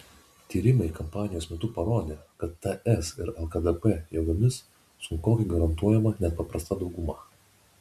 tyrimai kampanijos metu parodė kad ts ir lkdp jėgomis sunkokai garantuojama net paprasta dauguma